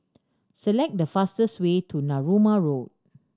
select the fastest way to Narooma Road